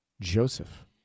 Joseph